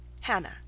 Hannah